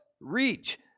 Reach